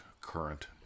current